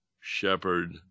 shepherd